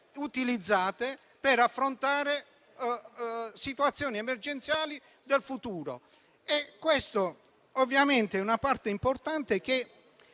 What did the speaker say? utilizzate per affrontare situazioni emergenziali del futuro. È una parte importante che